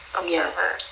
observer